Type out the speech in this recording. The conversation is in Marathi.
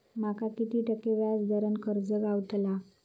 माका किती टक्के व्याज दरान कर्ज गावतला?